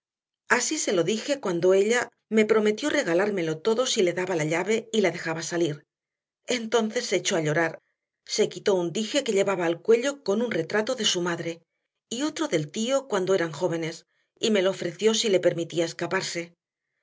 así se lo dije cuando ella me prometió regalármelo todo si le daba la llave y la dejaba salir entonces se echó a llorar se quitó un dije que llevaba al cuello con un retrato de su madre y otro del tío cuando eran jóvenes y me lo ofreció si le permitía escaparse